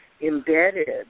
embedded